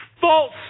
false